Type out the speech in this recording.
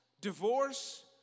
divorce